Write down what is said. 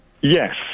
Yes